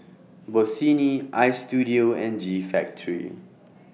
Bossini Istudio and G Factory